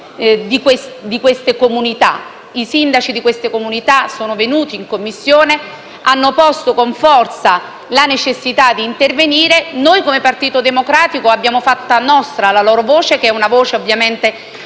di queste comunità. I sindaci di queste terre sono venuti in Commissione e hanno posto con forza la necessità di intervenire. Noi, come Partito Democratico, abbiamo fatto nostra la loro voce, che chiede